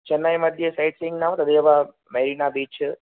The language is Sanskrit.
चन्नैमध्ये सैट् सीयिङ्ग् नाम तदेव मरीना बीच्